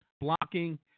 blocking